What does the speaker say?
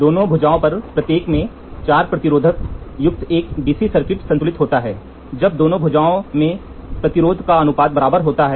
दोनों भुजाओं पर प्रत्येक में 4 प्रतिरोधक युक्त एक डीसी सर्किट संतुलित होता है जब दोनों भुजाओं में प्रतिरोध का अनुपात बराबर होता है